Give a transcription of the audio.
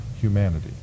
humanity